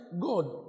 God